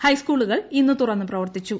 ഹൈസ്ക്കൂളുകൾ ഇന്ന് തുറന്നു പ്രവർത്തിച്ചു